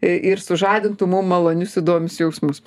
i ir sužadintų mum malonius įdomius jausmus